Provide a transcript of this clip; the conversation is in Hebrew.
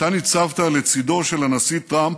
אתה ניצבת לצידו של הנשיא טראמפ,